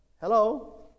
Hello